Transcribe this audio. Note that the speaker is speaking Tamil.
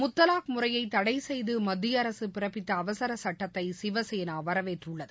முத்தலாக் முறையை தடை செய்து மத்திய அரசு பிறப்பித்த அவசர சட்டத்தை சிவசேனா வரவேற்றுள்ளது